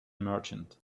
merchant